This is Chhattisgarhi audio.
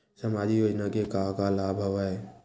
सामाजिक योजना के का का लाभ हवय?